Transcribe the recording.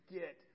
get